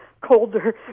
colder